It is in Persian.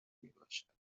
میباشد